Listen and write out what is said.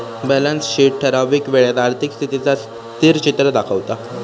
balance sheet ठरावीक वेळेत आर्थिक स्थितीचा स्थिरचित्र दाखवता